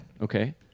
Okay